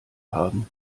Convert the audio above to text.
haben